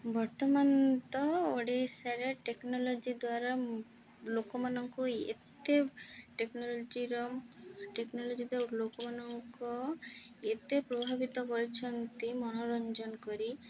ବର୍ତ୍ତମାନ ତ ଓଡ଼ିଶାରେ ଟେକ୍ନୋଲୋଜି ଦ୍ୱାରା ଲୋକମାନଙ୍କୁ ଏତେ ଟେକ୍ନୋଲୋଜିର ଟେକ୍ନୋଲୋଜି ଲୋକମାନଙ୍କ ଏତେ ପ୍ରଭାବିତ କରିଛନ୍ତି ମନୋରଞ୍ଜନ କରି